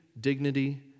dignity